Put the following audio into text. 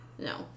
No